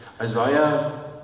Isaiah